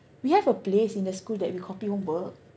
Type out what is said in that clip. we have a place in the school that we copy homework